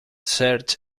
search